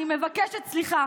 אני מבקשת סליחה,